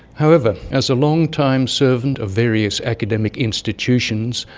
however, as a long-time servant of various academic institutions,